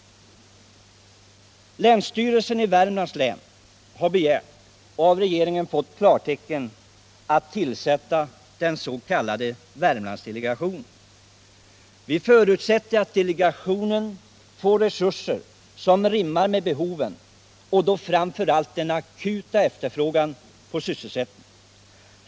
Länsstyrelsen i Värmlands län har begärt och av regeringen fått klartecken för att tillsätta den s.k. Värmlandsdelegationen. Vi förutsätter att delegationen får resurser som rimmar med behoven och då framför allt den akuta efterfrågan på sysselsättning.